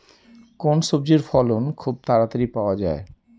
কোন সবজির ফলন খুব তাড়াতাড়ি পাওয়া যায়?